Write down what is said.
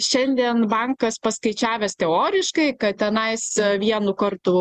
šiandien bankas paskaičiavęs teoriškai kad tenais vienu kartu